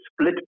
split